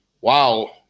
wow